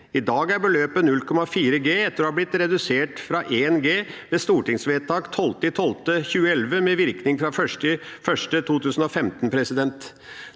I dag er beløpet 0,4 G, etter å ha blitt redusert fra 1 G ved stortingsvedtak 12. desember 2011, med virkning fra 1.